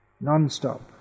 non-stop